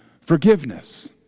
forgiveness